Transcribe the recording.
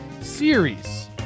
series